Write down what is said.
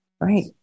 Right